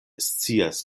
scias